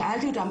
שאלתי אותן,